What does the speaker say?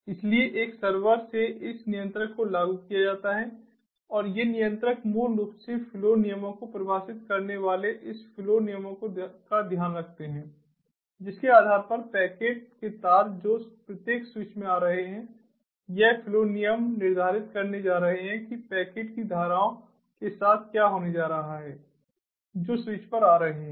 इसलिए एक सर्वर से इस नियंत्रक को लागू किया जाता है और ये नियंत्रक मूल रूप से फ्लो नियमों को परिभाषित करने वाले इस फ्लो नियमों का ध्यान रखते हैं जिसके आधार पर पैकेट के तार जो प्रत्येक स्विच में आ रहे हैं यह फ्लो नियम निर्धारित करने जा रहे हैं कि पैकेट की धाराओं के साथ क्या होने जा रहा है जो स्विच पर आ रहे हैं